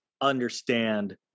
understand